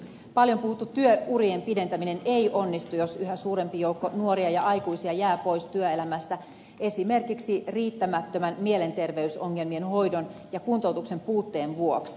paljon puhuttu työurien pidentäminen ei onnistu jos yhä suurempi joukko nuoria ja aikuisia jää pois työelämästä esimerkiksi riittämättömän mielenterveysongelmien hoidon ja kuntoutuksen puutteen vuoksi